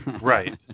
Right